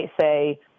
say